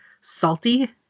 salty